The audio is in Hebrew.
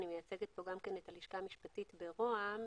אני מייצגת כאן את הלשכה המשפטית במשרד ראש הממשלה.